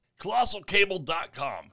ColossalCable.com